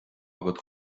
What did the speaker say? agat